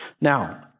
Now